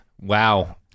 Wow